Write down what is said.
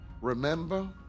remember